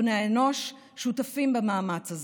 בני האנוש, שותפים במאמץ הזה.